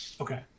Okay